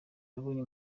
yabonye